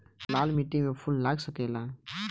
लाल माटी में फूल लाग सकेला?